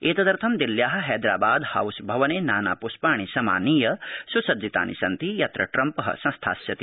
एतदर्थ दिल्ल्या हैदरा ादहाउस भवने नानाप्रष्पाणि समानीय सुसज्जितानि सन्ति यत्र ट्रम्प संस्थास्यति